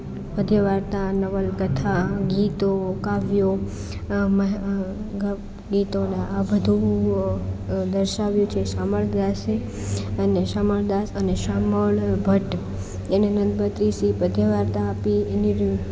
પદ્ય વાર્તા નવલકથા ગીતો કાવ્યો ગીતોને આ બધું દર્શાવ્યું છે શામળ દાસે અને શામળ દાસ અને શામળ ભટ્ટ એને એનનંદ ભદ્રિસી પદ્ય વાર્તા આપી